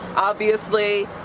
obviously,